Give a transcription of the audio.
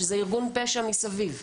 שזה ארגון פשע מסביב.